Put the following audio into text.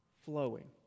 Flowing